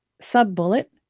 sub-bullet